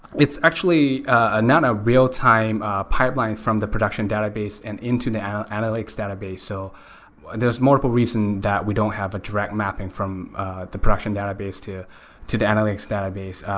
it's actually ah not a real time ah pipeline from the production database and into the analytics database. so there's more reason that we don't have a direct mapping from the production database to to the analytics database.